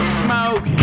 smoke